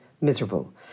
miserable